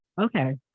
Okay